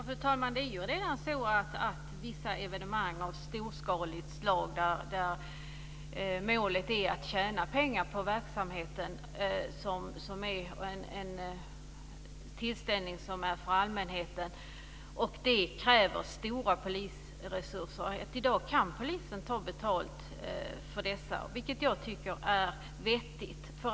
Fru talman! Polisen kan redan i dag ta betalt för vissa stora evenemang där målet är att tjäna pengar på verksamheten och där man kräver stora polisresurser. Det tycker jag är vettigt.